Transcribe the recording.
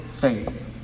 faith